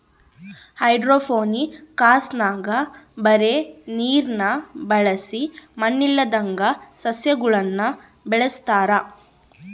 ಹೈಡ್ರೋಫೋನಿಕ್ಸ್ನಾಗ ಬರೇ ನೀರ್ನ ಬಳಸಿ ಮಣ್ಣಿಲ್ಲದಂಗ ಸಸ್ಯಗುಳನ ಬೆಳೆಸತಾರ